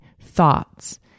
thoughts